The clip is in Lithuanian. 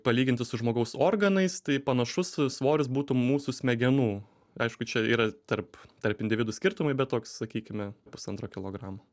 palyginti su žmogaus organais tai panašus svoris būtų mūsų smegenų aišku čia yra tarp tarp individų skirtumai bet toks sakykime pusantro kilogramo